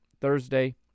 Thursday